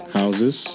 houses